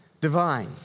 divine